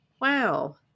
wow